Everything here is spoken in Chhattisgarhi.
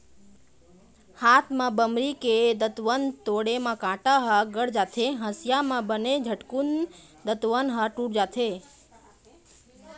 हाथ म बमरी के दतवन तोड़े म कांटा ह गड़ जाथे, हँसिया म बने झटकून दतवन ह टूट जाथे